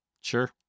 Sure